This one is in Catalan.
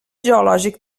geològic